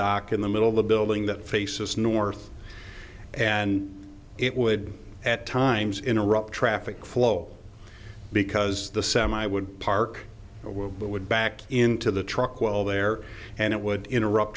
dock in the middle of the building that faces north and it would at times interrupt traffic flow because the semi would park what would back into the truck well there and it would interrupt